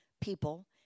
people